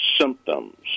symptoms